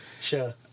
sure